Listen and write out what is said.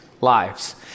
lives